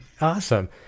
Awesome